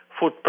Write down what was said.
food